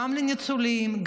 גם לניצולים,